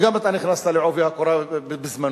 שגם אתה נכנסת בעובי הקורה בזמנו.